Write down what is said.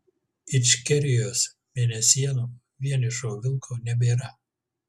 ičkerijos mėnesienų vienišo vilko nebėra